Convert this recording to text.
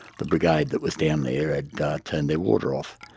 the brigade that was down there had turned their water off,